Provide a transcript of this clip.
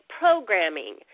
programming